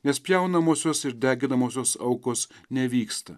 nes pjaunamosios ir deginamosios aukos nevyksta